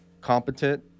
competent